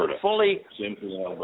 fully